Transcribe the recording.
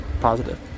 positive